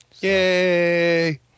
Yay